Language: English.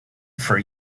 for